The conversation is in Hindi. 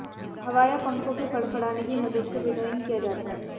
हवा या पंखों के फड़फड़ाने की मदद से विनोइंग किया जाता है